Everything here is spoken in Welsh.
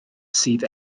sydd